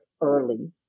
early